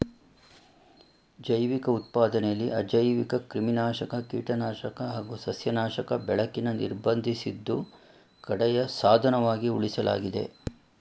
ಜೈವಿಕ ಉತ್ಪಾದನೆಲಿ ಅಜೈವಿಕಕ್ರಿಮಿನಾಶಕ ಕೀಟನಾಶಕ ಹಾಗು ಸಸ್ಯನಾಶಕ ಬಳಕೆನ ನಿರ್ಬಂಧಿಸಿದ್ದು ಕಡೆಯ ಸಾಧನವಾಗಿ ಉಳಿಸಲಾಗಿದೆ